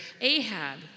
Ahab